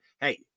hey